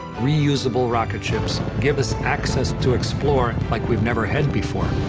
reusable rocket ships give us access to explore like we've never had before.